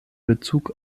bezug